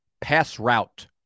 pass-route